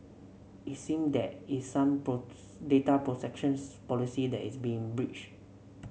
it seem that is some data protections policy that is being breached